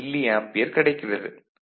096 milli ampere கிடைக்கிறது